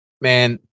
man